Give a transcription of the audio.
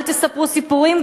אל תספרו סיפורים,